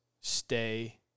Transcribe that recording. stay